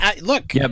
look